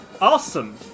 awesome